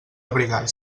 abrigar